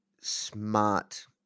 smart